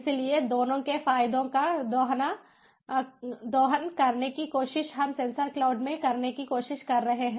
इसलिए दोनों के फायदों का दोहन करने की कोशिश हम सेंसर क्लाउड में करने की कोशिश कर रहे हैं